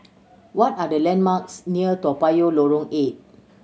what are the landmarks near Toa Payoh Lorong Eight